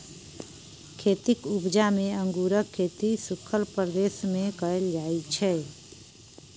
खेतीक उपजा मे अंगुरक खेती सुखल प्रदेश मे कएल जाइ छै